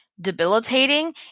debilitating